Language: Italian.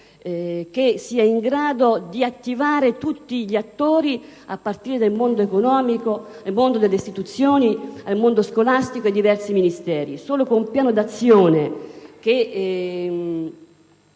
che sia in grado di attivare tutti gli attori a partire dal mondo economico, dal mondo delle istituzioni, dal mondo scolastico fino ai diversi Ministeri. Solo con un piano d'azione che